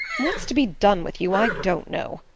what's to be done with you i don't know.